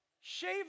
shave